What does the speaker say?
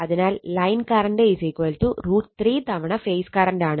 അതിനാൽ line current √ 3 തവണ phase current ആണ്